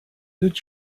did